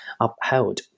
upheld